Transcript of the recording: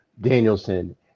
danielson